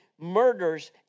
murders